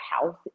house